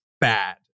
bad